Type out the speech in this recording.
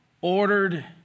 ordered